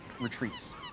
retreats